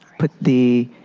put the